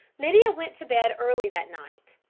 lydia went to bed early that night,